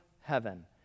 Heaven